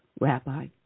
rabbi